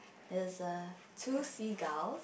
there is a two seagull